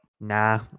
Nah